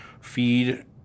feed